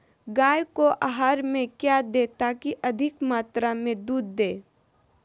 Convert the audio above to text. गाय को आहार में क्या दे ताकि अधिक मात्रा मे दूध दे?